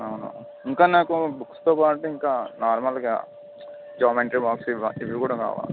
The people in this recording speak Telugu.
అవునా ఇంకా నాకు బుక్స్తో పాటు ఇంకా నార్మల్గా జామెట్రీ బాక్స్ ఇవి ఇవి కూడా కావాలి